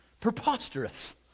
preposterous